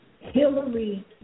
Hillary